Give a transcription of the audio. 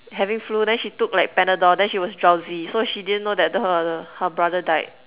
having flu then she took like Panadol then she was drowsy so she didn't know that her her brother died